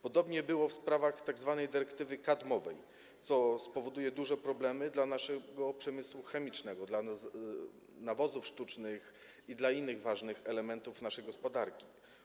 Podobnie było w sprawach tzw. dyrektywy kadmowej, co spowoduje duże problemy dla naszego przemysłu chemicznego, dla nawozów sztucznych i dla innych ważnych elementów naszej gospodarki.